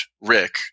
Rick